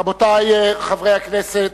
רבותי חברי הכנסת,